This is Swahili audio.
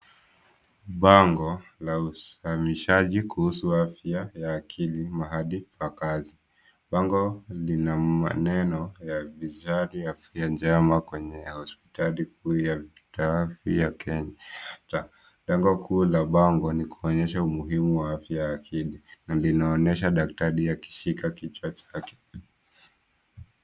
Bango la uhamasishaji kuhusu afya ya akili. Bango lina maneno ya sinyon njema kwenye hospitali. Lengo kuu la bango ni kuonyesha umuhimu wa afya ya akili na linaonyesha daktari akishika kichwa chake.